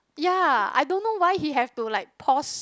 ya I don't know why he have to like pause